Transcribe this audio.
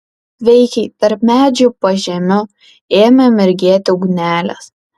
veikiai tarp medžių pažemiu ėmė mirgėti ugnelės